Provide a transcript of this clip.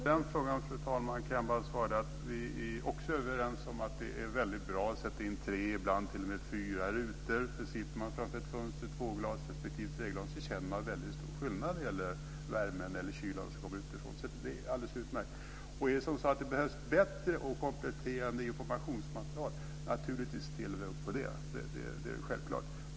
Fru talman! På den frågan kan jag bara svara att vi också är överens om att det är väldigt bra att sätta in tre, ibland t.o.m. fyra, rutor. Sitter man framför ett tvåglasfönster respektive ett treglasfönster känner man väldigt stor skillnad när det gäller värmen eller kylan som kommer utifrån. Det är alltså alldeles utmärkt. Är det så att det behövs bättre och mer komplett informationsmaterial ställer vi naturligtvis också upp på det. Det är självklart.